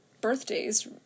birthdays